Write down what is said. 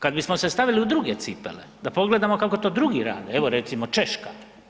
Kada bismo se stavili u druge cipele da pogledamo kako to drugi rade, evo recimo Češka.